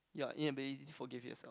your inability to forgive yourself